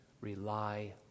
rely